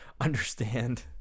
understand